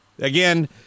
Again